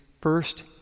first